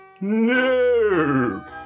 No